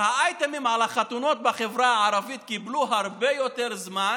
האייטמים על החתונות בחברה הערבית קיבלו הרבה יותר זמן